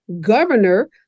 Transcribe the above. governor